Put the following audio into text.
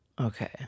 Okay